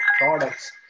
products